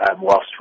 whilst